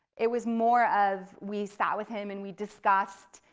it was more of we sat with him and we discussed.